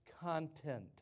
content